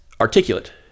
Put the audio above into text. articulate